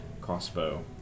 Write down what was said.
crossbow